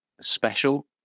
special